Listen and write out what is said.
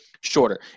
shorter